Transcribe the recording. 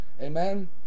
Amen